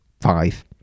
Five